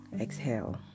exhale